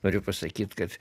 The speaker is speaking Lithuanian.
noriu pasakyt kad